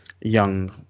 young